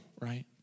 right